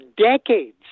decades